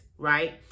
right